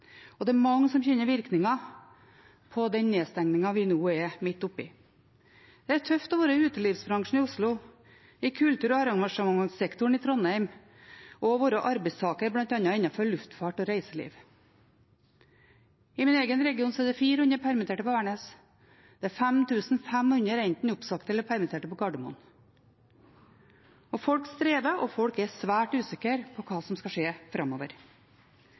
Det er mange som kjenner virkningen av den nedstengningen vi nå er midt oppe i. Det er tøft å være i utelivsbransjen i Oslo, i kultur- og arrangementssektoren i Trondheim og å være arbeidstaker bl.a. innenfor luftfart og reiseliv. I min egen region er det 400 permitterte på Værnes. 5 500 er enten oppsagt eller permittert på Gardermoen. Folk strever, og folk er svært usikre på hva som skal skje framover.